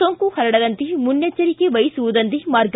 ಸೋಂಕು ಹರಡದಂತೆ ಮುನ್ನೆಚ್ಚರಿಕೆ ವಹಿಸುವುದೊಂದೇ ಮಾರ್ಗ